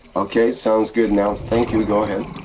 okay, sounds good now. thank you go ahead.